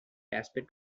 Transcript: aspect